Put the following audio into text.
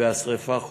והשרפה כובתה.